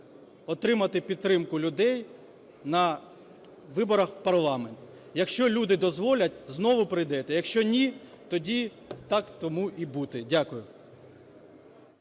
отримати підтримку людей на виборах в парламент. Якщо люди дозволять, знову прийдете; якщо ні - тоді так тому і бути. Дякую.